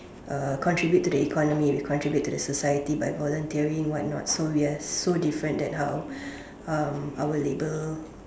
uh contribute to the economy we contribute to the society by volunteering what not so we are so different than how um our label